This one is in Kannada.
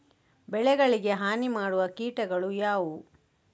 ಬೆಳೆಗಳಿಗೆ ಹಾನಿ ಮಾಡುವ ಕೀಟಗಳು ಯಾವುವು?